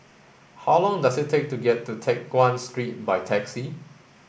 how long does it take to get to Teck Guan Street by taxi